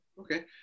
Okay